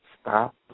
Stop